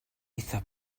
eithaf